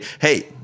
hey –